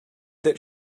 that